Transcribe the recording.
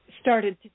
started